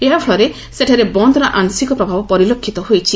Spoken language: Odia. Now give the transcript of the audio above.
ଏହାଫଳରେ ସେଠାରେ ବନ୍ଦର ଆଂଶିକ ପ୍ରଭାବ ପରିଲକ୍ଷିତ ହୋଇଛି